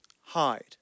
hide